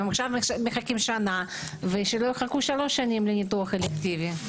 הם עכשיו מחכים שנה ושלא יחכו שלוש שנים לניתוח אלקטיבי.